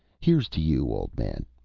here's to you, old man.